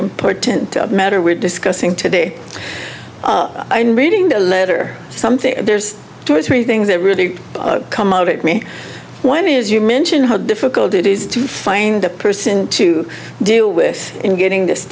important matter we're discussing today i know reading the letter something there's two or three things that really come out at me one is you mentioned how difficult it is to find a person to do with in getting this